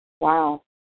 Wow